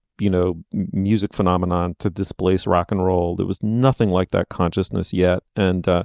you know music phenomenon to displace rock and roll there was nothing like that consciousness yet. and.